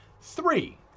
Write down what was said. Three